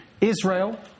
Israel